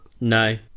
no